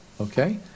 Okay